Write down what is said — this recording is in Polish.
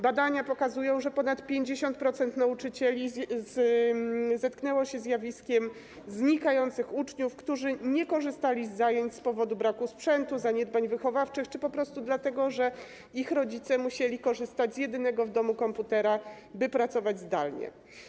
Badania pokazują, że ponad 50% nauczycieli zetknęło się ze zjawiskiem znikających uczniów, którzy nie korzystali z zajęć z powodu braku sprzętu, zaniedbań wychowawczych czy po prostu dlatego, że ich rodzice musieli korzystać z jedynego w domu komputera, by pracować zdalnie.